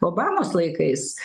obamos laikais